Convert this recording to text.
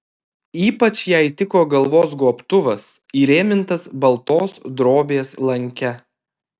ypač jai tiko galvos gobtuvas įrėmintas baltos drobės lanke